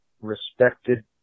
respected